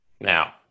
Now